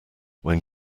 when